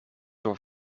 door